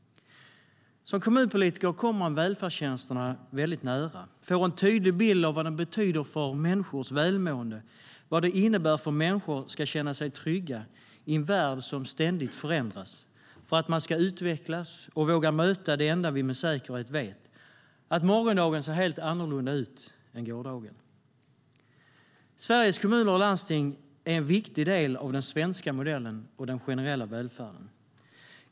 Som kommunpolitiker kommer man välfärdstjänsterna väldigt nära och får en tydlig bild av vad de betyder för människors välmående, vad de innebär för att människor ska känna sig trygga i en värld som ständigt förändras, för att man ska utvecklas och våga möta det enda vi med säkerhet vet, att morgondagen ser helt annorlunda ut än gårdagen. Sveriges kommuner och landsting är en viktig del av den svenska modellen och den generella välfärden.